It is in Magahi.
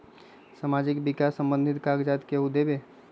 समाजीक विकास संबंधित कागज़ात केहु देबे?